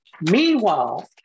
Meanwhile